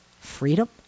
freedom